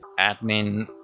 admin.